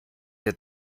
ihr